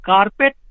Carpet